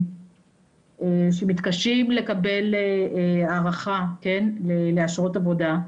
שמתקשים לקבל הארכה לאשרות עבודה,